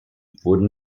wurden